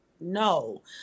no